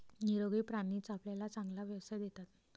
निरोगी प्राणीच आपल्याला चांगला व्यवसाय देतात